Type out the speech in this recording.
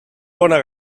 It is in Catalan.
bona